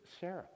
Sarah